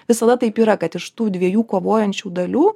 visada taip yra kad iš tų dviejų kovojančių dalių